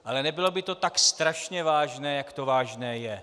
Ale nebylo by to tak strašně vážné, jak to vážné je.